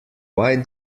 why